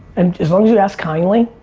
and as long as you ask kindly,